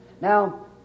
Now